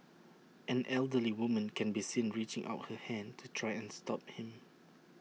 an elderly woman can be seen reaching out her hand to try and stop him